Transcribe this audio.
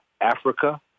Africa